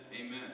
Amen